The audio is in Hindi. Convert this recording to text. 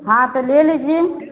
हाँ तो ले लीजिये